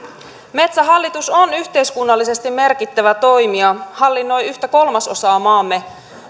metsähallitus on yhteiskunnallisesti merkittävä toimija se hallinnoi yhtä kolmasosaa maamme